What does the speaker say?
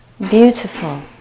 beautiful